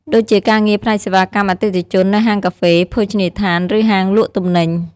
ដូចជាការងារផ្នែកសេវាកម្មអតិថិជននៅហាងកាហ្វេ ភោជនីយដ្ឋាន ឬហាងលក់ទំនិញ។